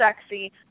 sexy